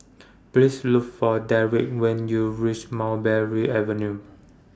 Please Look For Deric when YOU REACH Mulberry Avenue